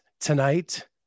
tonight